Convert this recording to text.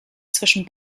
zwischen